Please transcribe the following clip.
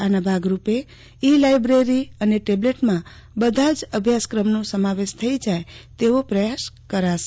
આના ભાગરૂપે e library અને ટેબલેટમાં બધા જ અભ્યાસક્રમનો સમાવેશ થઈ જાય તેવો પ્રયાસ કરાશે